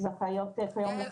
שזכאיות --- יעל,